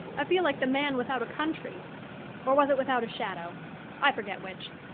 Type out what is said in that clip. i feel like the man without a country or was it without a shadow i forget which.